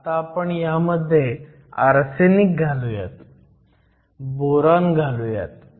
आता आपण ह्यामध्ये आर्सेनिक घालूयात बोरॉन घालूयात